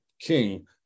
king